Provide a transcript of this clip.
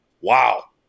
wow